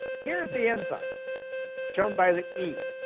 here's the enzyme shown by the e.